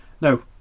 Now